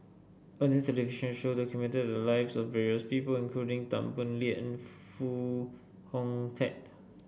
television show documented the lives of various people including Tan Boo Liat and Foo Hong Tatt